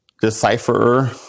decipherer